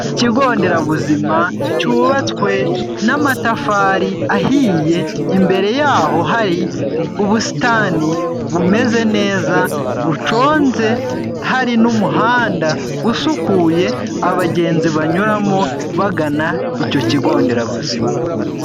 Ikigo nderabuzima cyubatswe n'amatafari ahiye imbere yaho hari ubusitani bumeze neza buconze hari n'umuhanda usukuye abagenzi banyuramo bagana icyo kigo nderabuzima.